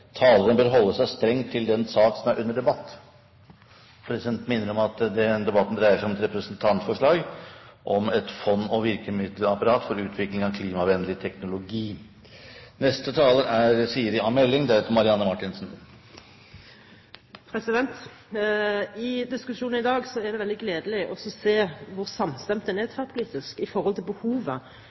taleren og de kommende talerne om reglementets § 38, hvor det står: «Taleren bør holde seg strengt til den sak som er under debatt.» Presidenten minner om at debatten dreier seg om et representantforslag om opprettelse av et fond og virkemiddelapparat for utvikling av klimavennlig teknologi. I diskusjonen i dag er det veldig gledelig å se hvor samstemte man er tverrpolitisk i forhold til behovet